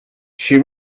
she